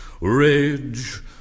Rage